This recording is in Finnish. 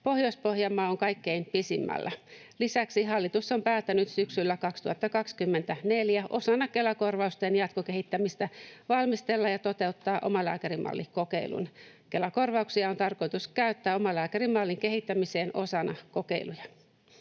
Pohjois-Pohjanmaa on kaikkein pisimmällä. Lisäksi hallitus on päättänyt syksyllä 2024 osana Kela-korvausten jatkokehittämistä valmistella ja toteuttaa omalääkärimallikokeilun. Kela-korvauksia on tarkoitus käyttää omalääkärimallin kehittämiseen osana kokeiluja.